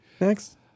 next